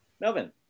Melvin